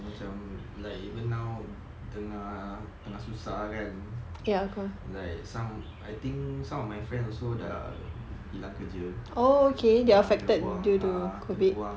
macam like even now tengah tengah susah kan like some I think some of my friend also dah hilang kerja ah kena buang ah kena buang